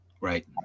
right